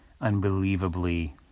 unbelievably